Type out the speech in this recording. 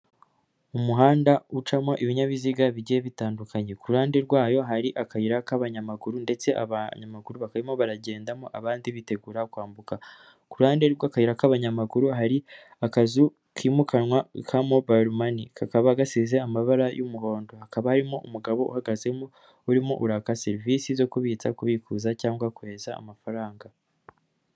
Umuhanda ucamo ibinyabiziga bigiye bitandukanye, ku ku ruhande rwayo hari akayira k'abanyamaguru, ndetse abanyamaguru bakaba barimo baragendamo abandi bitegura kwambuka, ku ruhande rw'akayira k'abanyamaguru hari akazu kimukanwa ka mobile money, kakaba gasize amabara y'umuhondo, hakaba harimo umugabo uhagazemo urimo uraka serivisi zo kubitsa, kubikuza cyangwa kohereza amafaranga.